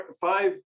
five